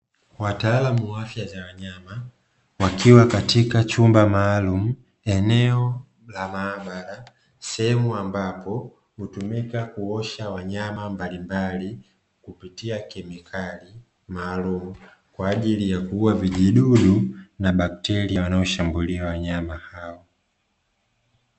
Wataalamu wa afya ya wanyama, wakiwa katika chumba maalumu eneo la maabara, sehemu ambapo hutumika kuosha wanyama mbalimbali kupitia kemikali maalumu, kwa ajili ya kuuwa vijidudu na bakteria wanaoshambulia wanyama hao.